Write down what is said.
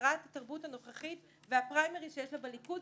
שרת התרבות הנוכחית והפריימריז שיש לה בליכוד,